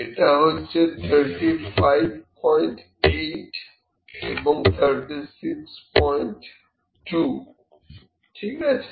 এটা হচ্ছে 358 এবং 362 ঠিক আছে